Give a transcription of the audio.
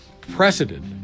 precedent